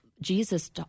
Jesus